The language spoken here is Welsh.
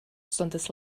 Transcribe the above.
saunders